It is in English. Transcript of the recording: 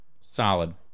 solid